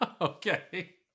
okay